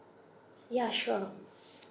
ya sure